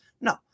No